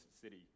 city